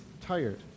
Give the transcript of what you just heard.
tired